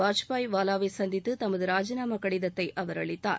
வஜுபாயி வாவாவை சந்தித்து தமது ராஜினாமா கடிதத்தை அவர் அளித்தார்